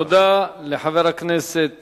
תודה לחבר הכנסת